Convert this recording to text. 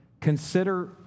consider